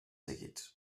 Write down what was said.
seguits